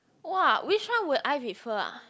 !wah! which one would I prefer ah